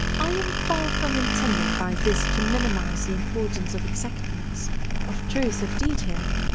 i am far from intending by this to minimize the importance of exactness of truth of detail.